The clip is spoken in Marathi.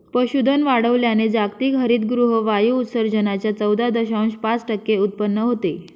पशुधन वाढवल्याने जागतिक हरितगृह वायू उत्सर्जनाच्या चौदा दशांश पाच टक्के उत्पन्न होते